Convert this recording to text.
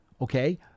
okay